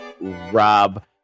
Rob